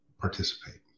participate